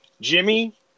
Jimmy